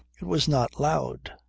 it was not loud.